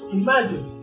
imagine